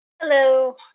Hello